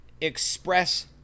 express